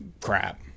crap